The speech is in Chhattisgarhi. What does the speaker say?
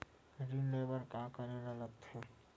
ऋण ले बर का करे ला लगथे?